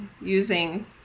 using